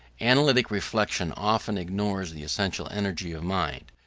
analytic reflection often ignores the essential energy of mind,